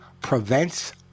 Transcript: prevents